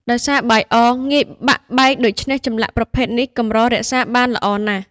ដោយសារបាយអរងាយបាក់បែក ដូច្នេះចម្លាក់ប្រភេទនេះកម្ររក្សាបានល្អណាស់។